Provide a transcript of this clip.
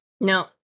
No